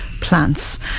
plants